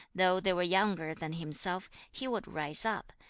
though they were younger than himself, he would rise up,